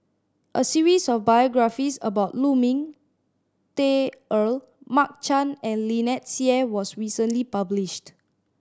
a series of biographies about Lu Ming Teh Earl Mark Chan and Lynnette Seah was recently published